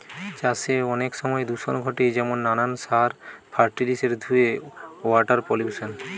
চাষে অনেক সময় দূষণ ঘটে যেমন নানান সার, ফার্টিলিসের ধুয়ে ওয়াটার পলিউশন